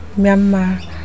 Myanmar